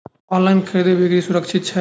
online खरीदै बिक्री सुरक्षित छी